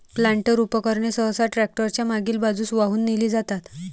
planter उपकरणे सहसा tractor च्या मागील बाजूस वाहून नेली जातात